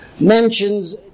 mentions